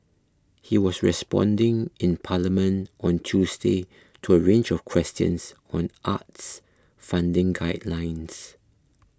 he was responding in Parliament on Tuesday to a range of questions on arts funding guidelines